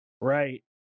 Right